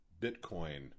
Bitcoin